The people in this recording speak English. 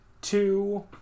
two